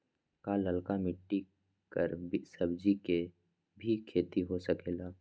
का लालका मिट्टी कर सब्जी के भी खेती हो सकेला?